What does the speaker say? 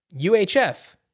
UHF